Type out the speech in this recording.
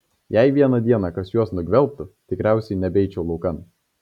jei vieną dieną kas juos nugvelbtų tikriausiai nebeičiau laukan